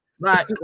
right